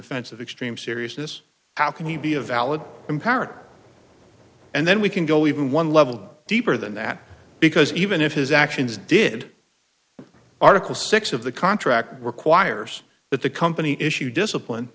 offense of extreme seriousness how can we be a valid comparison and then we can go even one level deeper than that because even if his actions did article six of the contract requires that the company issue discipline